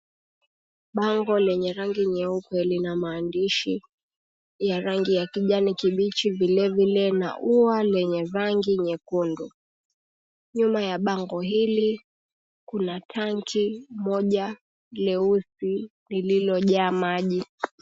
Bango lenye rangi nyeupe lina maandishi ya rangi ya kijani kibichi vilevile, na ua lenye rangi nyekundu. Nyuma ya bango hili kuna tanki moja leusi lililojaa maji.